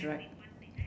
right